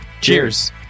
Cheers